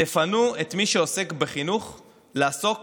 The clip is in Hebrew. תפַנו את מי שעוסק בחינוך לעסוק